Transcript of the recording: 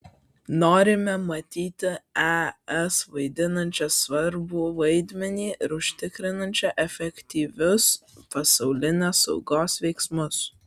norime matyti es vaidinančią svarbų vaidmenį ir užtikrinančią efektyvius pasaulinės saugos veiksmus